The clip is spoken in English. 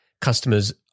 customers